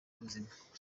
ubuzima